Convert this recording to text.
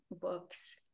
books